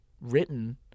written